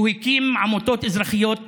הוא הקים עמותות אזרחיות רבות.